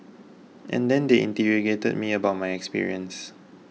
and then they interrogated me about my experience